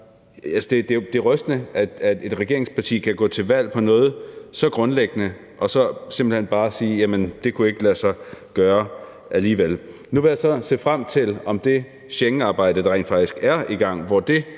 det er rystende, at et regeringsparti kan gå til valg på noget så grundlæggende og så simpelt hen bare sige: Jamen det kunne ikke lade sig gøre alligevel. Nu vil jeg så se frem til at se, hvor det arbejde med Schengen, der er i gang, rent